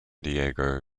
diego